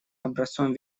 образцом